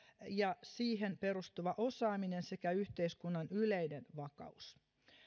ja siihen perustuva osaaminen sekä yhteiskunnan yleinen vakaus